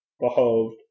behoved